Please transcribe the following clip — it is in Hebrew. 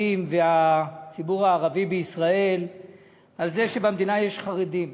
והציבור הערבי בישראל על זה שבמדינה יש חרדים.